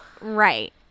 right